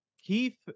Keith